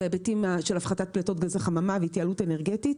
אלה היבטים של הפחתת פליטות גזי חממה והתייעלות אנרגטית.